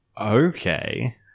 Okay